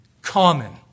common